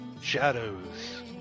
Shadows